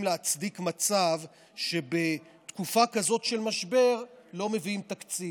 להצדיק מצב שבתקופה כזאת של משבר לא מביאים תקציב.